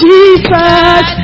Jesus